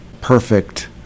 perfect